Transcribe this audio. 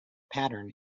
pattern